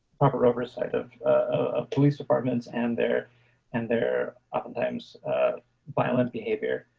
proper oversight of a police departments and their and their oftentimes violent behavior.